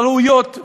הראויות,